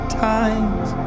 times